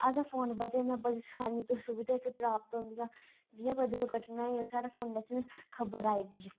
अस फोन बजह् ने बड़ी सारी सुविधा प्राप्त होंदियां जि'यां कोई दुर्घटना होई असें फोनै च खबर आई दी